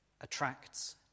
attracts